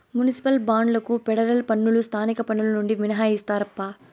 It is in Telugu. మునిసిపల్ బాండ్లకు ఫెడరల్ పన్నులు స్థానిక పన్నులు నుండి మినహాయిస్తారప్పా